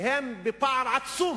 שהם בפער עצום